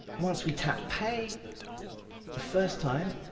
once we tap pay the first time,